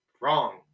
Wrong